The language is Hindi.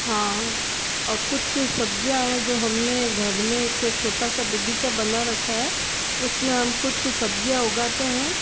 हाँ और कुछ सब्ज़ियाँ हैं जो हमने घर में एक छोटा सा बगीचा बना रखा है उसमें हम कुछ सब्ज़ियाँ उगाते हैं